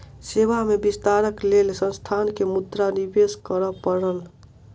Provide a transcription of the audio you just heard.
सेवा में विस्तारक लेल संस्थान के मुद्रा निवेश करअ पड़ल